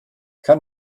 kann